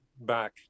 back